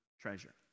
treasure